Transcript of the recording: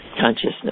consciousness